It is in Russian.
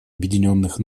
объединенных